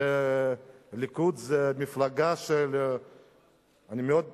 הליכוד זה מפלגה שאני מאוד מכבד,